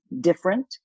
different